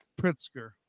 Pritzker